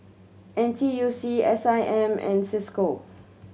N T U C S I M and Cisco